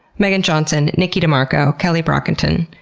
megan johnson, nikki demarco, kelli brockington,